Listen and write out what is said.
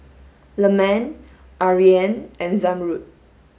Leman Aryan and Zamrud